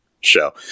show